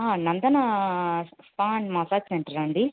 Nandana spa and massage సెంటర్ఆ అండి